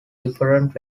different